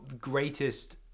greatest